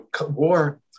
War